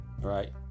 right